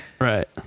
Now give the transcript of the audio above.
right